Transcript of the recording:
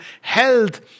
health